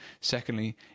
Secondly